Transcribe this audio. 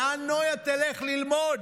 היכן נויה תלך ללמוד?